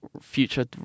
future